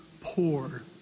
poor